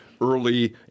early